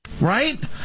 right